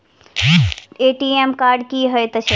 ATM card की हएत छै?